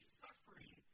suffering